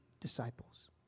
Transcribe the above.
disciples